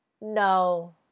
No